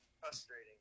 Frustrating